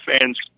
fans